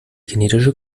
kinetische